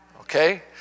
Okay